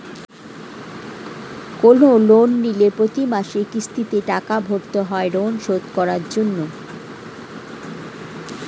কোন লোন নিলে প্রতি মাসে কিস্তিতে টাকা ভরতে হয় ঋণ শোধ করার জন্য